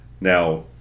Now